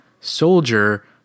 soldier